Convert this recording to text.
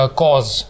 cause